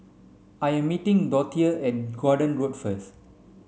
I am meeting Dorthea at Gordon Road first